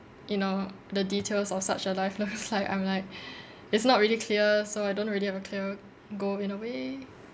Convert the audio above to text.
you know the details of such a life looks like I'm like it's not really clear so I don't really have a clear goal in a way